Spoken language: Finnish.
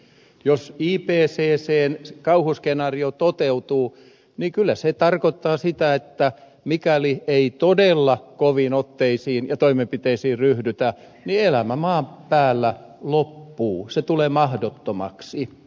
jos ipccn kauhuskenaario toteutuu niin kyllä se tarkoittaa sitä että mikäli ei todella koviin otteisiin ja toimenpiteisiin ryhdytä elämä maan päällä loppuu se tulee mahdottomaksi